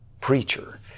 preacher